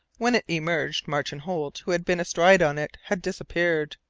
when it emerged martin holt, who had been astride on it, had disappeared.